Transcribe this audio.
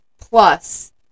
plus